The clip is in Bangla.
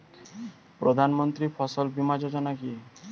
প্রধানমন্ত্রী ফসল বীমা যোজনা কি?